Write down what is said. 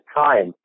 time